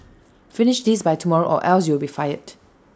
finish this by tomorrow or else you'll be fired